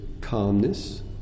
calmness